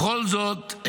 בכל זאת,